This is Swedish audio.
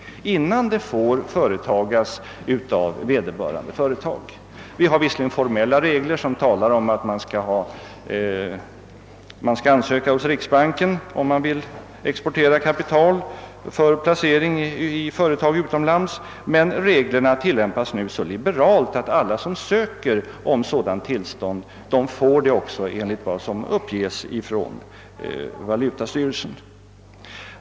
Vi har visserligen formella regler som säger att ansökan skall inges till riksbanken, om man vill exportera kapital för placering i företag utomlands, men reglerna tilllämpas nu så liberalt att alla som söker sådant tillstånd får det — enligt uppgift från valutastyrelsen.